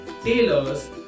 tailors